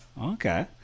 Okay